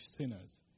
sinners